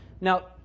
Now